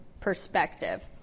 perspective